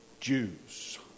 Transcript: Jews